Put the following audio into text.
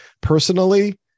Personally